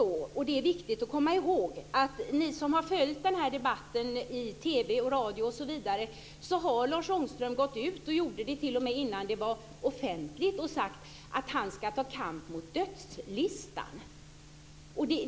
Det är viktigt att komma ihåg - ni som har följt den här debatten i TV och radio - att Lars Ångström - han gjorde det t.o.m. innan det var offentligt - har sagt att han ska ta kamp mot "dödslistan".